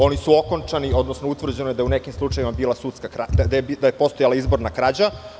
Oni su okončani, odnosno utvrđeno je da je u nekim slučajevima postojala izborna krađa.